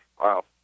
wow